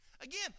Again